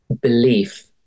belief